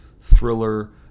thriller